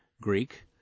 Greek